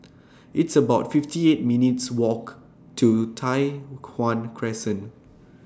It's about fifty eight minutes' Walk to Tai Hwan Crescent